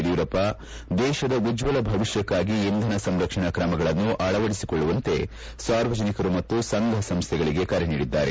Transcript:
ಯಡಿಯೂರಪ್ಪ ದೇತದ ಉಜ್ವಲ ಭವಿಷ್ಕಕ್ಕಾಗಿ ಇಂಧನ ಸಂರಕ್ಷಣಾ ಕ್ರಮಗಳನ್ನು ಅಳವಡಿಸಿಕೊಳ್ಳುವಂತೆ ಸಾರ್ವಜನಿಕರು ಮತ್ತು ಸಂಘ ಸಂಸ್ಥೆಗಳಿಗೆ ಕರೆ ನೀಡಿದ್ದಾರೆ